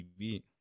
TV